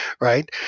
right